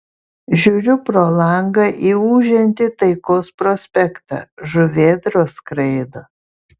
žiūriu pro langą į ūžiantį taikos prospektą žuvėdros skraido